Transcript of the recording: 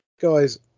guys